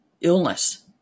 illness